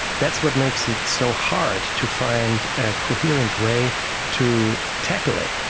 that's what makes it so hard to find a coherent way to tackle it.